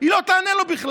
היא לא תענה לו בכלל.